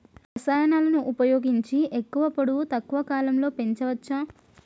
రసాయనాలను ఉపయోగించి ఎక్కువ పొడవు తక్కువ కాలంలో పెంచవచ్చా?